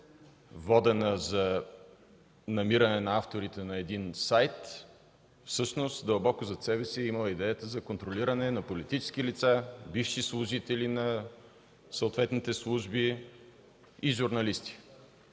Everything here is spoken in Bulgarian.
водена за намиране на авторите на един сайт, всъщност зад себе си е имала идеята за контролиране на политически лица, висши служители на съответните служби и журналисти.